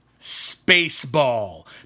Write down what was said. Spaceball